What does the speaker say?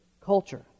culture